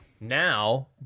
Now